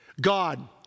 God